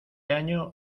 año